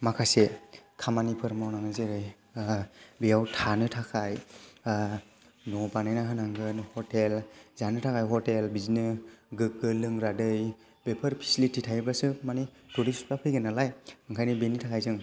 माखासे खामानिफोर मावनानै जेरै बेयाव थानो थाखाय न' बानायना होनांगोन हटेल जानो थाखाय हटेल बिदिनो गोग्गो लोग्रा दै बेफोर फेसिलिति थायोब्लासो माने टुरिस्त फोरा फैगोन नालाय ओंखायनो बेनि थाखाय जों